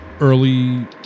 early